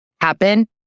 happen